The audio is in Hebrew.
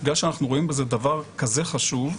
בגלל שאנחנו רואים בזה דבר כזה חשוב,